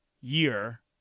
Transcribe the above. year